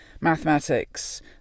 mathematics